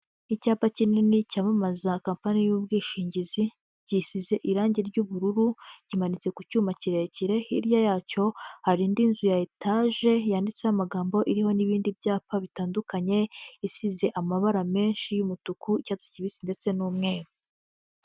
Icyapa kinini cyamamaza kampani y'ubwishingizi, gisize irangi ry'ubururu, kimanitse ku cyuma kirekire, hirya yacyo hari indi nzu ya etaje yanditseho amagambo iriho n'ibindi byapa bitandukanye, isize amabara menshi y'umutuku, icyatsi kibisi ndetse n'umweru.